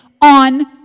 on